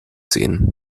sehen